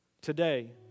Today